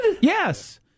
Yes